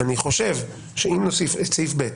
אני חושב שאם נוסיף את סעיף (ב),